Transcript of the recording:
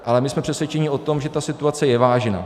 Ale my jsme přesvědčeni o tom, že situace je vážná.